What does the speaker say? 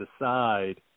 decide